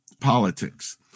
politics